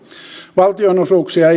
valtionosuuksia